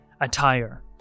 attire